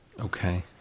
Okay